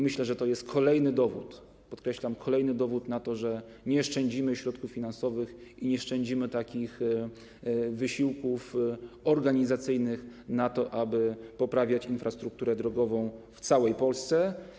Myślę, że to jest kolejny dowód, podkreślam: kolejny dowód na to, że nie szczędzimy środków finansowych i nie szczędzimy wysiłków organizacyjnych na to, aby poprawiać infrastrukturę drogową w całej Polsce.